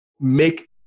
make